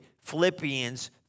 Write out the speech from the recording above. Philippians